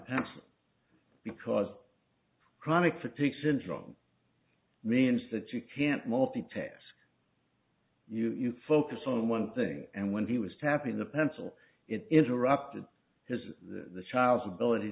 pencil because chronic fatigue syndrome means that you can't multitask you focus on one thing and when he was tapping the pencil it interrupted his the child's ability